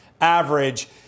average